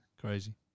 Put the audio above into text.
Crazy